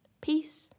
Peace